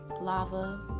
lava